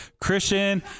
Christian